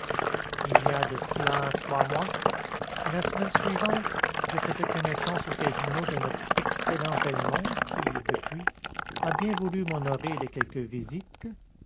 il y a de cela trois mois et la semaine suivante je faisais connaissance au casino de notre excellent velmont qui depuis a bien voulu m'honorer de quelques visites agréable